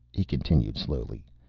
he continued slowly,